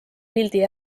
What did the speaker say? pildi